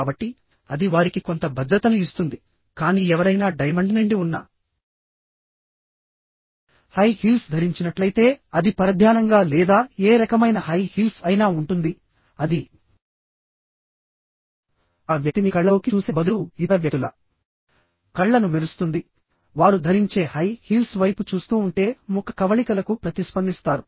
కాబట్టి అది వారికి కొంత భద్రతను ఇస్తుంది కానీ ఎవరైనా డైమండ్ నిండి ఉన్న హై హీల్స్ ధరించినట్లయితే అది పరధ్యానంగా లేదా ఏ రకమైన హై హీల్స్ అయినా ఉంటుందిఅది ఆ వ్యక్తిని కళ్ళలోకి చూసే బదులు ఇతర వ్యక్తుల కళ్ళను మెరుస్తుందివారు ధరించే హై హీల్స్ వైపు చూస్తూ ఉంటే ముఖ కవళికలకు ప్రతిస్పందిస్తారు